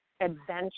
adventure